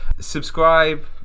Subscribe